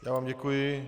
Já vám děkuji.